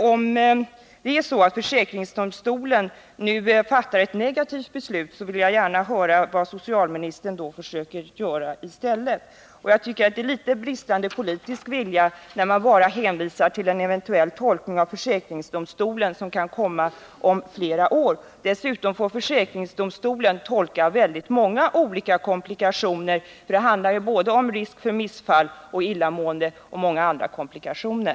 Om nu försäkringsöverdomstolen fattar ett negativt beslut vill jag gärna höra vad socialministern då kommer att försöka göra i stället. Jag tycker också att det tyder på bristande politisk vilja att bara hänvisa till en eventuell tolkning av försäkringsöverdomstolen, som kan komma om flera år. Dessutom får försäkringsöverdomstolen tolka väldigt många olika komplikationer. Det handlar ju om både risk för missfall, illamående och många andra komplikationer.